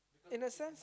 in the sense